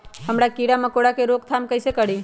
हम किरा मकोरा के रोक थाम कईसे करी?